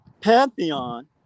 pantheon